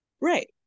Right